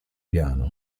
piano